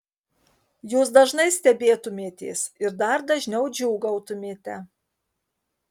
jūs dažnai stebėtumėtės ir dar dažniau džiūgautumėte